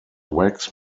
wax